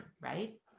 right